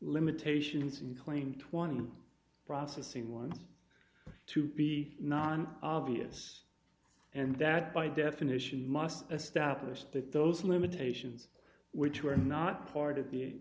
limitations in claim twenty processing one to be non obvious and that by definition must establish that those limitations which were not part of the